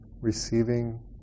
Receiving